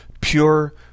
Pure